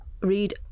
read